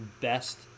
best